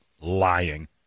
lying